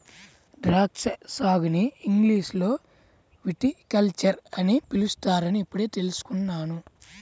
ద్రాక్షా సాగుని ఇంగ్లీషులో విటికల్చర్ అని పిలుస్తారని ఇప్పుడే తెల్సుకున్నాను